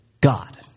God